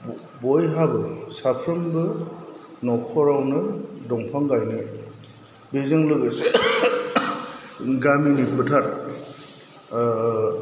बयहाबो साफ्रोमबो नखरावनो दंफां गायनो बेजों लोगोसे गामिनि फोथार